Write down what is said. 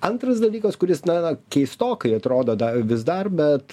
antras dalykas kuris na keistokai atrodo da vis dar bet